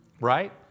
Right